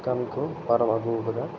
ᱠᱟᱹᱢᱤ ᱠᱚ ᱯᱟᱨᱚᱢ ᱟᱹᱜᱩ ᱟᱠᱟᱫᱟ